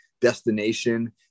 destination